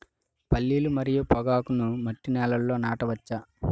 పల్లీలు మరియు పొగాకును మట్టి నేలల్లో నాట వచ్చా?